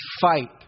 fight